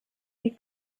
die